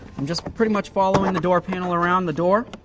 i'm just pretty much following the door panel around the door.